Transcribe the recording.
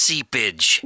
Seepage